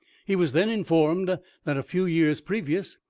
he was then informed that a few years previous,